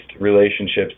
relationships